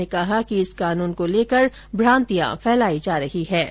उन्होंने कहा कि इस कानून को लेकर भ्रांतियां फैलाई जा रही है